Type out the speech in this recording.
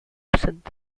absent